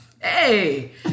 Hey